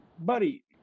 buddy